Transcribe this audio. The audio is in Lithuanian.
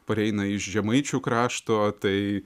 pareina iš žemaičių krašto tai